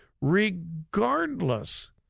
regardless